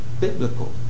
biblical